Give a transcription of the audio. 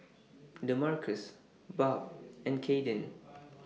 Demarcus Barb and Kaiden